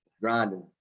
grinding